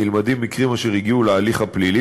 נלמדים מקרים אשר הגיעו להליך הפלילי